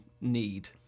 need